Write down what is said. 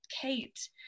Kate